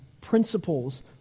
principles